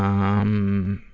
um,